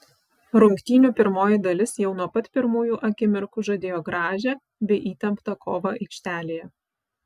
rungtynių pirmoji dalis jau nuo pat pirmųjų akimirkų žadėjo gražią bei įtemptą kovą aikštelėje